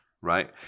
Right